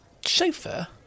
Chauffeur